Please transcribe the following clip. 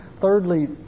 Thirdly